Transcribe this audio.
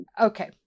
Okay